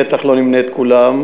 בטח לא נמנה את כולם.